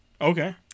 Okay